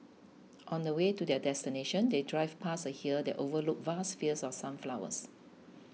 on the way to their destination they drove past a hill that overlooked vast fields of sunflowers